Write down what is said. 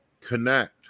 connect